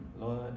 Lord